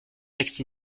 texte